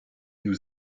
nous